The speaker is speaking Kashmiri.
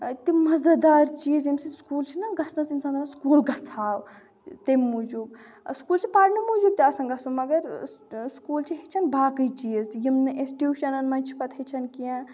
تِم مَزٕدار چیٖز ییٚمہِ سۭتۍ سکوٗل چھِنہ گژھنَس انسان دَپَان سکوٗل گژھٕ ہاو تمہِ موٗجوٗب سکوٗل چھِ پَرنہٕ موٗجوٗب تہِ آسان گژھُن مگر سکوٗل چھِ ہیٚچھان باقٕے چیٖز تہِ یِم نہٕ أسۍ ٹیوٗشَنَن منٛز چھِ پَتہٕ ہیٚچھَان کینٛہہ